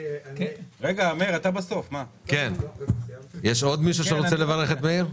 יש עוד מישהו שרוצה לברך את מאיר?